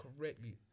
correctly